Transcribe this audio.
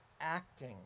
acting